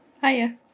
Hiya